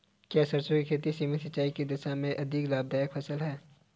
क्या सरसों की खेती सीमित सिंचाई की दशा में भी अधिक लाभदायक फसल है?